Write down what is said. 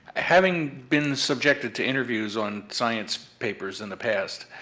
having been subjected to interviews on science papers in the past,